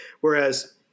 Whereas